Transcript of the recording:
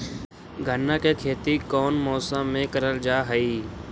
गन्ना के खेती कोउन मौसम मे करल जा हई?